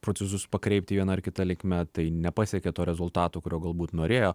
procesus pakreipti viena ar kita likme tai nepasiekė to rezultato kurio galbūt norėjo